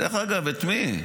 דרך אגב, את מי?